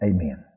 Amen